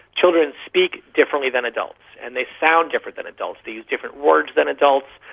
children speak differently than adults, and they sound different than adults they use different words than adults,